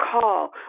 call